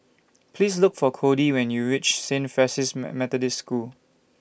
Please Look For Kody when YOU REACH Saint Francis Methodist School